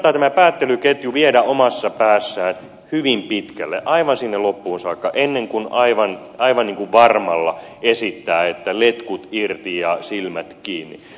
tämä päättelyketju kannattaa viedä omassa päässään hyvin pitkälle aivan sinne loppuun saakka ennen kuin aivan varmalla esittää että letkut irti ja silmät kiinni